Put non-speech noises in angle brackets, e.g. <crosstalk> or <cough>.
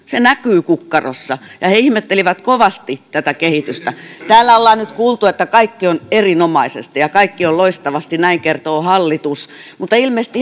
se näkyy kukkarossa ja he ihmettelivät kovasti tätä kehitystä täällä ollaan nyt kuultu että kaikki on erinomaisesti ja kaikki on loistavasti näin kertoo hallitus mutta ilmeisesti <unintelligible>